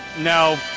No